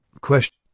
Question